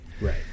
Right